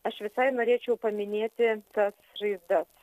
aš visai norėčiau paminėti tas žaizdas